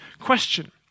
question